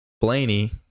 Blaney